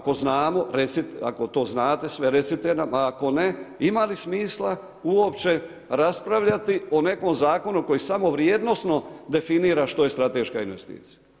Ako znamo, ako to znate sve recite nam, a ako ne ima li smisla uopće raspravljati o nekom zakonu koji samo vrijednosno definira što je strateška investicija.